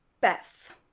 Beth